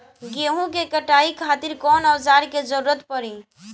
गेहूं के कटाई खातिर कौन औजार के जरूरत परी?